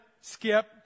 skip